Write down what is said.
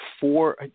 four